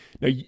Now